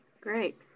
Great